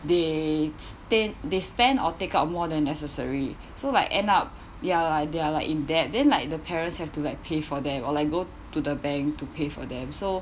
they stay they spend or take out more than necessary so like end up they're they're like in debt then like the parents have to like pay for them or like go to the bank to pay for them so